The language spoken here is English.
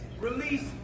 release